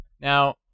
Now